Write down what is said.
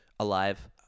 Alive